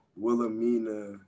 Wilhelmina